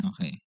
Okay